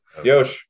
Yosh